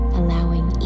allowing